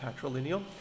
patrilineal